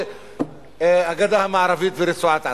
זה הגדה המערבית ורצועת-עזה.